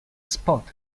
spot